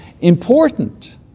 important